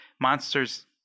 Monsters